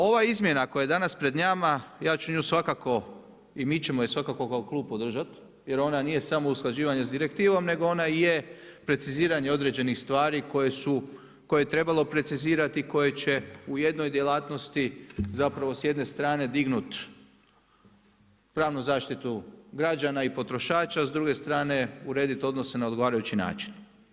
Ova izmjena koja je danas pred nama, ja ću nju svakako i mi ćemo ju svakako kao klub podržati jer ona nije samo usklađivanje sa direktivom nego ona i je preciziranje određenih stvari koje su, koje je trebalo precizirati, koje će u jednoj djelatnosti zapravo s jedne strane dignuti pravnu zaštitu građana i potrošača, s druge strane urediti odnose na odgovarajući način.